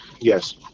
Yes